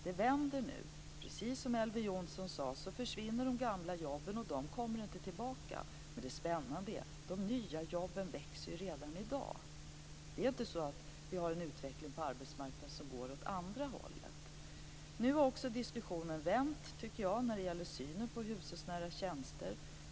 Det vänder nu. Precis som Elver Jonsson sade försvinner de gamla jobben, och de kommer inte tillbaka. Men det spännande är att de nya jobben växer redan i dag. Det är inte så att vi har en utveckling på arbetsmarknaden som går åt andra hållet. Nu har också diskussionen vänt, tycker jag, när det gäller synen på hushållsnära tjänster.